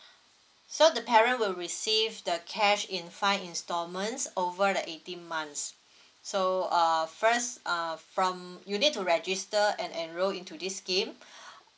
so the parent will receive the cash in five installments over the eighteen months so uh first uh from you need to register and enroll into this scheme